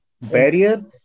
Barrier